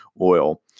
oil